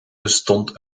bestond